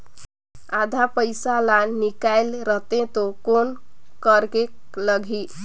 आधा पइसा ला निकाल रतें तो कौन करेके लगही?